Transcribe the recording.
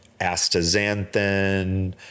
astaxanthin